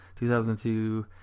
2002